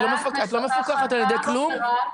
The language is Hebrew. את לא מפוקחת על ידי כלום?